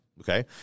Okay